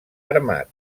armat